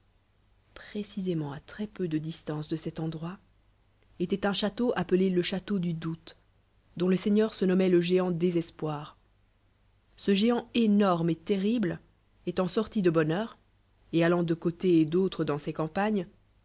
prélisement à très peu de distance de cet endroit étoit un château appelé le cbûteau du doute dont le seigneur se nommoit legéant désespoir ce géant énorme et terrible étant sorti de bonne heure el allam de c lté et d'aulre dans ses campagnes